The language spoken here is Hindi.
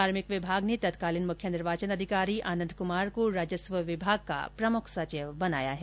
कार्मिक विभाग ने तत्कालीन मुख्य निर्वाचन अधिकारी आनंद कुमार को राजस्व विभाग का प्रमुख सचिव बनाया है